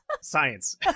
science